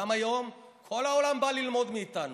וגם היום כל העולם בא ללמוד מאיתנו.